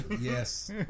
Yes